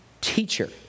Teacher